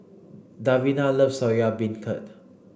Davina loves Soya Beancurd